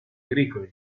agricoli